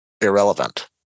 irrelevant